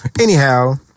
Anyhow